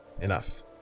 enough